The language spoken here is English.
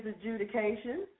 adjudication